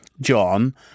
John